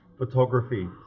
Photography